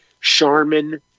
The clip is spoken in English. Charmin